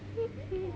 mm mm